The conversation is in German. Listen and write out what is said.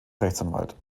rechtsanwalt